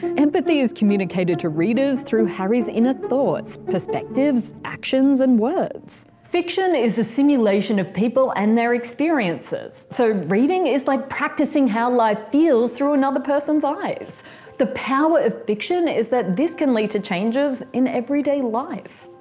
empathy is communicated to readers through harry's inner thoughts, perspectives, actions and words. fiction is the simulation of people and their experiences. so reading is like practicing how life feels through another person's eyes the power of fiction is that this can lead to changes in everyday life.